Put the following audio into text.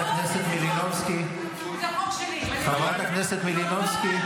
חברת הכנסת מלינובסקי, חברת הכנסת מלינובסקי,